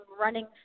running